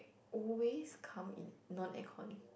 always come in non air con